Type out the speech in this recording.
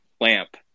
Lamp